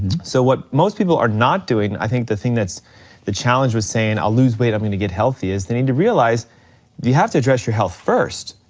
so what most people are not doing, i think the thing that's the challenge with saying i'll lose weight, i'm gonna get healthy, is they need to realize you have to address your health first.